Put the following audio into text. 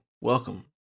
Welcome